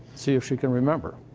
see if she can remember.